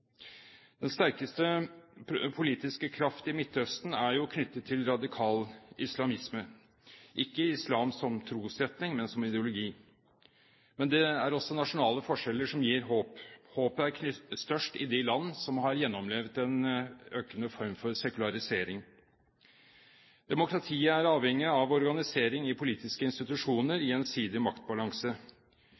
Den sterkeste politiske kraft i Midtøsten er jo knyttet til radikal islamisme – ikke islam som trosretning, men som ideologi. Men det er også nasjonale forskjeller som gir håp. Håpet er størst i de land som har gjennomlevd en økende form for sekularisering. Demokratiet er avhengig av organisering i politiske institusjoner i gjensidig maktbalanse.